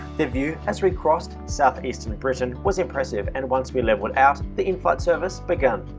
the view as we crossed southeastern britain was impressive and once we leveled out the in-flight service begun.